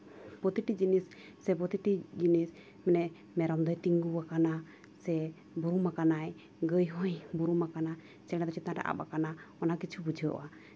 ᱯᱨᱚᱛᱤᱴᱤ ᱡᱤᱱᱤᱥ ᱥᱮ ᱯᱨᱚᱛᱤᱴᱤ ᱡᱤᱱᱤᱥ ᱢᱟᱱᱮ ᱢᱮᱨᱚᱢ ᱫᱚᱭ ᱛᱤᱸᱜᱩ ᱟᱠᱟᱱᱟ ᱥᱮᱭ ᱵᱩᱨᱩᱢ ᱟᱠᱟᱱᱟᱭ ᱜᱟᱹᱭ ᱦᱚᱭ ᱵᱩᱨᱩᱢ ᱟᱠᱟᱱᱟᱭ ᱪᱮᱬᱮ ᱫᱚ ᱪᱮᱛᱟᱱ ᱨᱮᱭ ᱟᱵ ᱠᱟᱱᱟ ᱚᱱᱟ ᱠᱤᱪᱷᱩ ᱵᱩᱡᱷᱟᱹᱜᱼᱟ